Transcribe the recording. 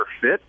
fit